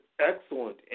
excellent